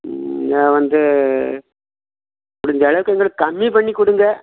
வந்து முடிஞ்சளவுக்கு கொஞ்சம் கம்மி பண்ணி கொடுங்க